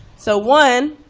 so one,